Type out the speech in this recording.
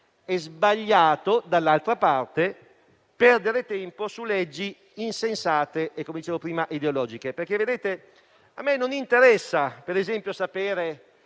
è sbagliato, dall'altra parte, perdere tempo su leggi insensate e, come dicevo prima, ideologiche. A me non interessa, ad esempio, sapere